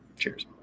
Cheers